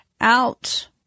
out